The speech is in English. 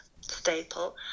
staple